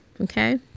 okay